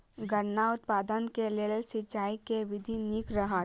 गन्ना उत्पादन केँ लेल सिंचाईक केँ विधि नीक रहत?